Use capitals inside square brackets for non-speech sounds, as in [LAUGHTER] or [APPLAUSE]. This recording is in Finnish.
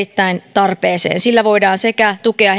tarpeeseen sillä voidaan tukea [UNINTELLIGIBLE]